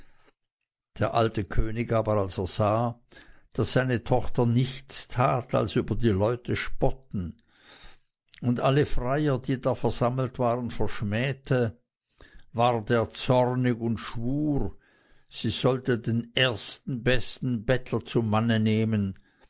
der alte könig aber als er sah daß seine tochter nichts tat als über die leute spotten und alle freier die da versammelt waren verschmähte ward er zornig und schwur sie sollte den ersten besten bettler zum manne nehmen